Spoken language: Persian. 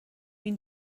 این